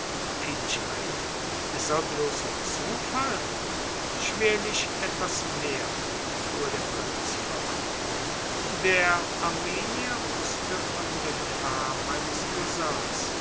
fiel ich ein es soll bloßer zufall schwerlich etwas mehr fuhr der prinz fort der armenier wußte von der gefahr meines cousins